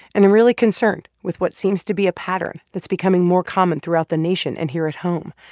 and i'm really concerned with what seems to be a pattern that's becoming more common throughout the nation and here at home.